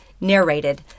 narrated